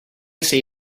say